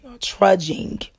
trudging